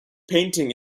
painting